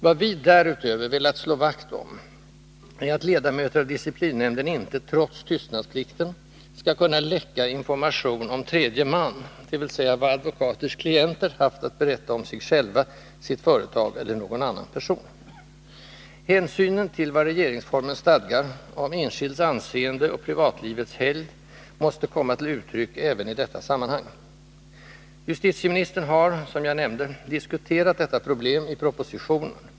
Vad vi därutöver velat slå vakt om är att ledamöter av disciplinnämnden inte, trots tystnadsplikten, skall kunna läcka information om tredje man, dvs. vad advokaters klienter haft att berätta om sig själva, sitt företag eller någon annan person. Hänsynen till vad regeringsformen stadgar om enskilds anseende och privatlivets helgd måste komma till uttryck även i detta sammanhang. Justitieministern har som nämnts diskuterat detta problem i propositionen.